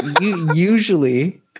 usually